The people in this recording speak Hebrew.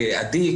ועדי,